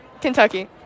Kentucky